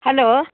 hello